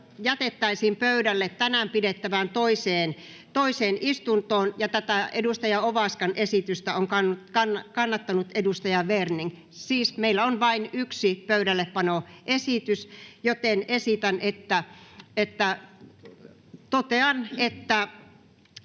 jätettäisiin pöydälle tänään pidettävään toiseen istuntoon. Tätä edustaja Ovaskan esitystä on kannattanut edustaja Werning. Meillä on siis vain yksi pöydällepanoesitys, joten totean, että